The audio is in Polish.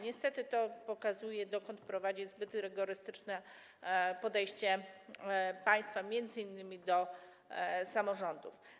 Niestety to pokazuje, dokąd prowadzi zbyt rygorystyczne podejście państwa m.in. do samorządów.